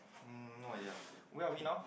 hmm no idea where are we now